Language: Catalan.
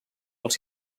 els